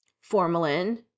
formalin